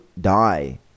die